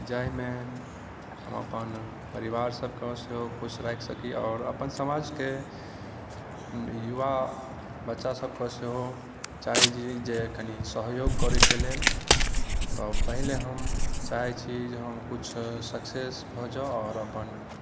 जाहिमे हम अपन परिवार सभकऽ सेहो खुश राखि सकी आओर अपन समाजकेँ युवा बच्चा सभकऽ सेहो चाहैत छी जे कनि सहयोग करैके लेल तऽ पहिले हम चाहैत छी जे हम किछु सक्सेस भऽ जाउ आओर अपन